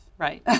Right